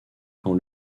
quand